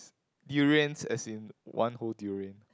durians as in one whole durian